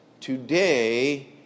today